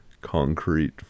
concrete